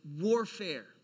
warfare